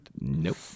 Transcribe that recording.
Nope